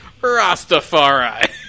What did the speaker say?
Rastafari